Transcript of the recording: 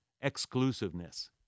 exclusiveness